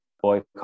boycott